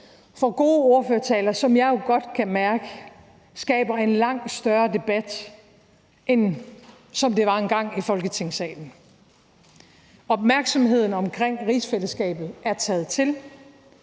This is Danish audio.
for gode ordførertaler, som jeg kan mærke skaber en langt større debat, end de gjorde engang i Folketingssalen. Opmærksomheden omkring rigsfællesskabet er taget til,